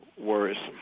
worrisome